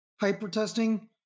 hyper-testing